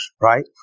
right